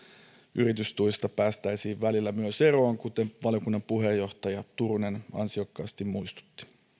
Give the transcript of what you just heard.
yritystuista päästäisiin joskus myös eroon kuten valiokunnan puheenjohtaja turunen ansiokkaasti muistutti